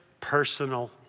personal